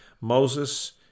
Moses